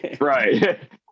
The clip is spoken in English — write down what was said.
Right